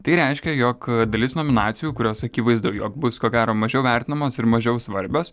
tai reiškia jog dalis nominacijų kurios akivaizdu jog bus ko gero mažiau vertinamos ir mažiau svarbios